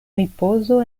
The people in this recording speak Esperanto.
ripozo